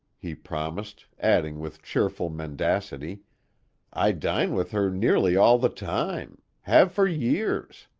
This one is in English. he promised, adding with cheerful mendacity i dine with her nearly all the time have for years.